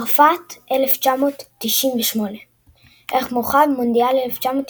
צרפת 1998 ערך מורחב – מונדיאל 1998